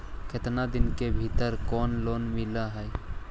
केतना दिन के भीतर कोइ लोन मिल हइ?